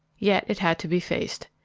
yet it had to be faced.